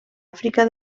àfrica